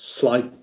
slight